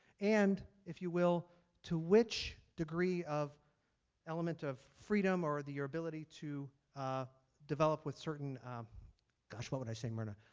and if you will, to which degree of element of freedom or the ability to ah develop with certain gosh, what would i say, myrna